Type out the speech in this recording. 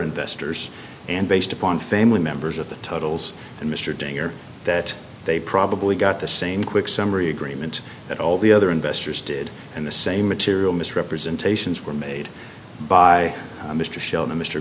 investors and based upon family members of the totals and mr denninger that they probably got the same quick summary agreement that all the other investors did and the same material misrepresentations were made by mr shel